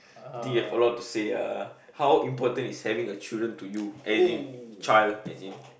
think you have a lot to say uh how important is having a children to you as in child as in